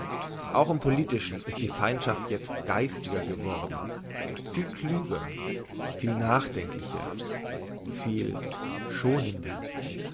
auch im politischen ist die feindschaft jetzt geistiger geworden viel klüger viel nachdenklicher viel schonender